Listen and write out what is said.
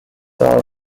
are